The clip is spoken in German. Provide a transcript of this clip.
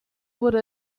wurde